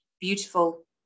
beautiful